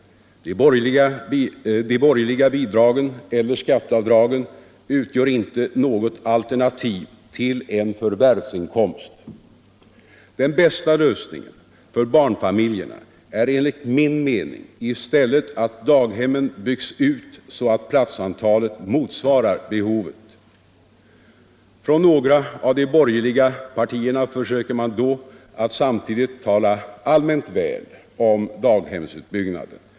De borgerliga bidragen eller skatteavdragen utgör inte något alternativ till en förvärvsinkomst. Den bästa lösningen för barnfamiljerna är enligt min mening i stället att daghemmen byggs ut så att platsantalet motsvarar behovet. Från några av de borgerliga partierna försöker man då att samtidigt tala allmänt väl om daghemsutbyggnaden.